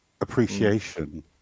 appreciation